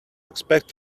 expect